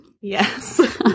yes